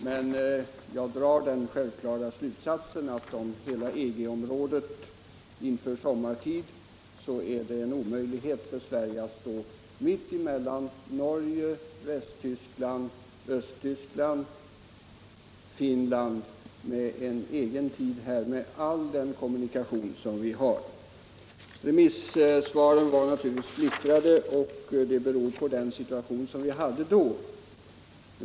Men jag drar den självklara slutsatsen att det, om hela EG-området inför sommartid, är omöjligt för Sverige, med alla de kommunikationer som vi har med utlandet, att stå mitt emellan länder som Norge, Västtyskland, Östtyskland och Finland med en egen tid. Remissvaren var naturligtvis splittrade, och det beror på den situation som vi hade då.